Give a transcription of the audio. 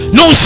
no